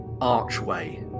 archway